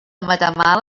matamala